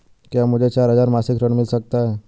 क्या मुझे चार हजार मासिक ऋण मिल सकता है?